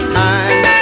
time